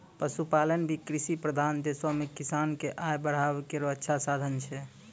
पशुपालन भी कृषि प्रधान देशो म किसान क आय बढ़ाय केरो अच्छा साधन छै